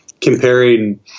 comparing